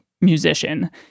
musician